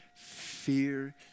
Fear